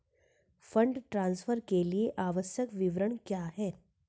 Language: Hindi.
फंड ट्रांसफर के लिए आवश्यक विवरण क्या हैं?